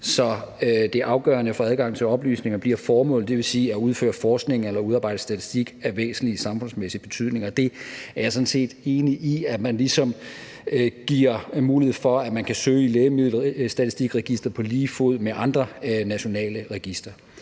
så det afgørende for at få adgang til oplysninger bliver formålet, dvs. at udføre forskning eller udarbejde statistik af væsentlig samfundsmæssig betydning. Jeg er sådan set enig i, at man ligesom giver mulighed for, at man kan søge i Lægemiddelstatistikregisteret på lige fod med andre nationale registre.